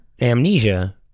amnesia